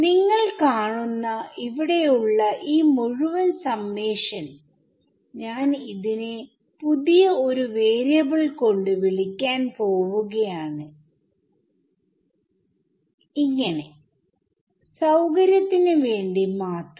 നിങ്ങൾ കാണുന്ന ഇവിടെ ഉള്ള ഈ മുഴുവൻ സമ്മേഷൻ ഞാൻ ഇതിനെ പുതിയ ഒരു വാരിയബിൾ കൊണ്ട് വിളിക്കാൻ പോവുകയാണ് സൌകര്യത്തിന് വേണ്ടി മാത്രം